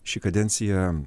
ši kadencija